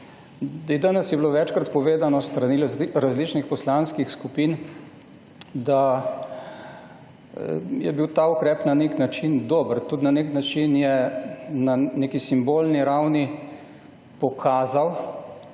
Danes je bilo večkrat povedano s strani različnih poslanskih skupin, da je bil ta ukrep na nek način dober, tudi na nek način je na neki simbolni ravni pokazal,